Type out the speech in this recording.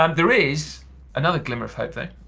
um there is another glimmer of hope though.